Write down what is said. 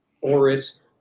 Oris